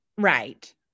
Right